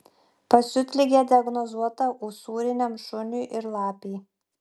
pasiutligė diagnozuota usūriniam šuniui ir lapei